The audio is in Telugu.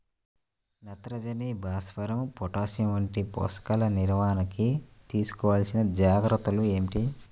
నత్రజని, భాస్వరం, పొటాష్ వంటి పోషకాల నిర్వహణకు తీసుకోవలసిన జాగ్రత్తలు ఏమిటీ?